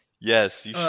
Yes